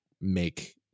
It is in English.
make